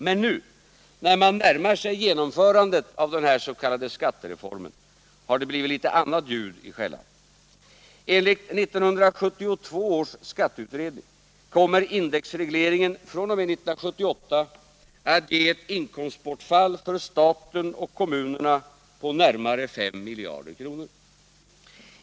Men nu, när man närmar sig genomförandet av den här s.k. skattereformen, har det blivit litet annat ljud i skällan. Enligt 1972 års skatteutredning kommer indexregleringen fr.o.m. 1978 att ge ett inkomstbortfall för staten och kommunerna på närmare 5 miljarder kronor.